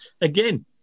Again